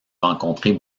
rencontrer